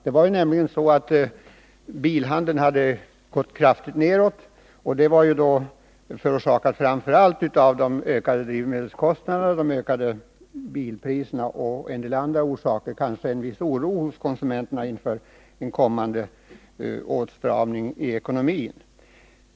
Bilförsäljningen hade nämligen kraftigt försämrats, och det förorsakades framför allt av de ökade drivmedelskost naderna och de höjda bilpriserna och kanske också av en viss oro hos Nr 84 konsumenterna inför en kommande åtstramning i ekonomin.